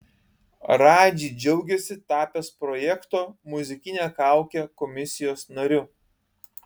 radži džiaugiasi tapęs projekto muzikinė kaukė komisijos nariu